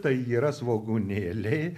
tai yra svogūnėliai